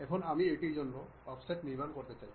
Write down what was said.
এখন আমি এটির জন্য অফসেট নির্মাণ করতে চাই